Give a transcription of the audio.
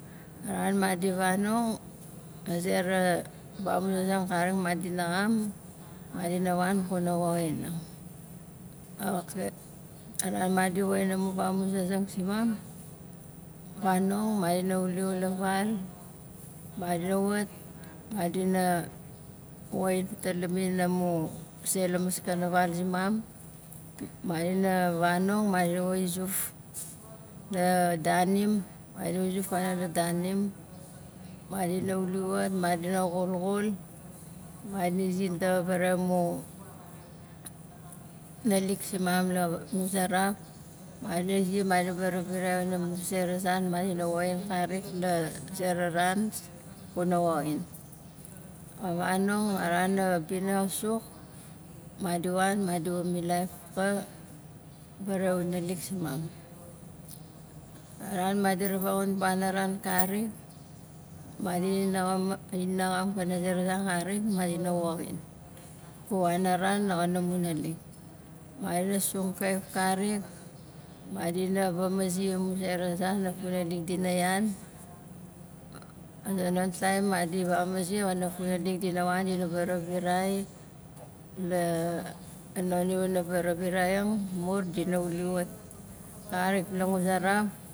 A ran madi vanong a zera vamuzing karik ma di naxam madina wan kuna woxinang a ka- a ran madi woxin amu vamuzasing simam fanong madina wuli wat la mu val madina wat- madina woxin fatalamin amu se la maskana val zimam madina vanong madina wa i zuf la daanim madina e zuf fanong la daanim madina wuli wat madina xulxul, madina zivaraxai amu naalik zimam la nguzaraf madi zi madina varavirai wana mun se razan madina woxin karik la zera ran kuna woxin ka vanong a ran bina xa suk madi wan madi wa milaif ka faraxai amu naalik simam a ran madi ravangon panaran karik madi i naxam ma- i naxam panaa zera zan karik madina woxin la wanaran xanamun naalik madina sung kaif karik madina vamazi amu zera zan a funalik dina yan a zonon taim madi vamazi wana funalik dina wan dina varavirai la non i wana varaviraing mur dina wuli wat karik languzaraf